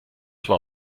zwar